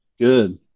Good